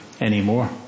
anymore